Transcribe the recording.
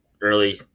early